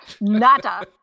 nada